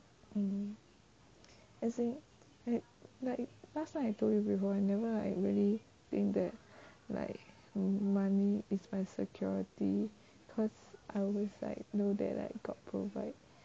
um as in like like last time I told you before I never like really think that like money is my security cause I always like know that like got provide